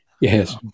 Yes